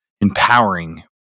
empowering